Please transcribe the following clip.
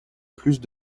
plus